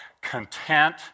Content